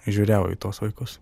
žiūrėjau į tuos vaikus